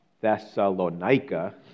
Thessalonica